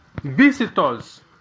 visitors